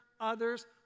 others